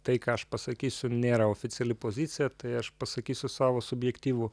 tai ką aš pasakysiu nėra oficiali pozicija tai aš pasakysiu savo subjektyvų